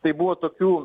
tai buvo tokių